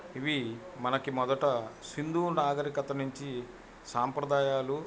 ఇవి మనకి మొదట సింధూ నాగరికత నుంచి సాంప్రదాయాలు